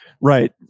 Right